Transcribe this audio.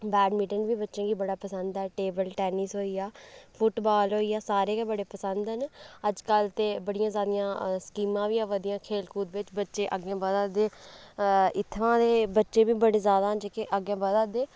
badminton बी बच्चें गी बड़ा पसंद ऐ टेबलटैनिस होई गेआ फुटबाल होई गेआ सारे गै बड़े पसंद न अजकल ते बड़ियां जैदा स्कीमां बी आवै दियां खेढें बिच बच्चे अग्गें बधै दे इत्थुआं दे बच्चे बी बड़े जैदा जेह्केअग्गें बधै दे